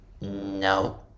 No